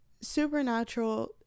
supernatural